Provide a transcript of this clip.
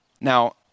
Now